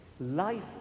Life